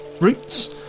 roots